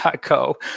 .co